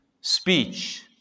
Speech